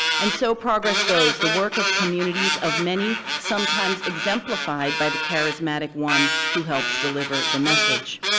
and so progress goes. the work of communities of many, sometimes exemplified by the charismatic one who helps deliver the message.